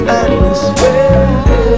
atmosphere